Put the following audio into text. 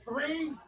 Three